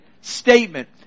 statement